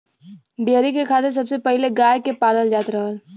dairy के खातिर सबसे पहिले गाय के पालल जात रहल